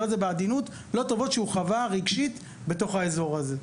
את זה בעדינות שהוא חוויה רגשית בתוך האזור הזה.